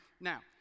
Now